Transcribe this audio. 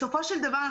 בסופו של דבר,